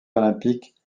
olympiques